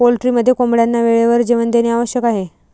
पोल्ट्रीमध्ये कोंबड्यांना वेळेवर जेवण देणे आवश्यक आहे